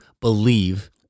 believe